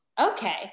Okay